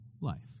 life